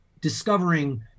discovering